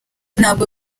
ntabwo